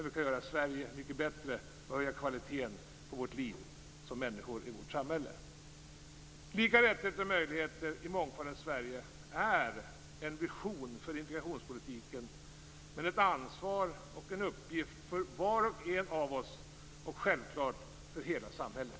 Vi kan göra Sverige mycket bättre och höja kvaliteten på våra liv som människor i samhället. Sverige är en vision för integrationspolitiken. Var och en av oss - självfallet hela samhället - har ett ansvar och en uppgift.